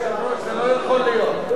אדוני היושב-ראש, זה לא יכול להיות.